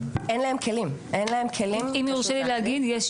אין להם כלים, אין להם כלים.